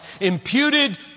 imputed